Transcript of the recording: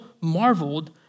marveled